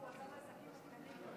אני קובע כי הצעת החוק של חברת הכנסת מאי